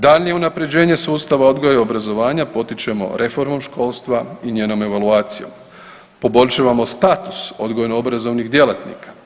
Daljnje unaprjeđenje sustava odgoja i obrazovanja potičemo reformom školstva i njenom evaluacijom, poboljšavamo status odgojno-obrazovnih djelatnika.